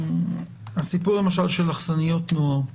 הסיפור של אכסניות נוער למשל,